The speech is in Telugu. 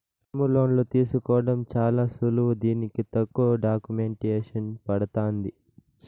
టర్ములోన్లు తీసుకోవడం చాలా సులువు దీనికి తక్కువ డాక్యుమెంటేసన్ పడతాంది